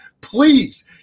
Please